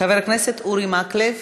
חבר הכנסת אורי מקלב?